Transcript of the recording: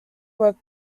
were